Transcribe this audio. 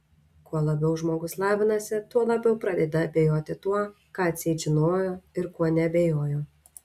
kuo labiau žmogus lavinasi tuo labiau pradeda abejoti tuo ką atseit žinojo ir kuo neabejojo